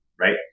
right